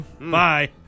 Bye